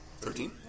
Thirteen